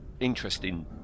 Interesting